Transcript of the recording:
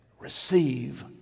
Receive